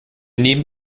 nehmen